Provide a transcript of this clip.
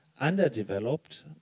underdeveloped